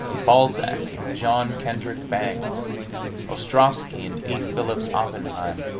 balzac and john kendrick bangs ostrovsky and e. phillips oppenheim